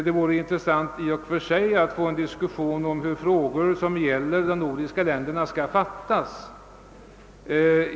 Det vore i och för sig intressant att få en diskussion om hur frågor som gäller de nordiska länderna skall handläggas.